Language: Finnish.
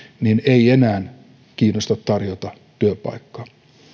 niin ei enää kiinnosta tarjota työpaikkaa